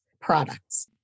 products